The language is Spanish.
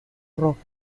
roja